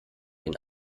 den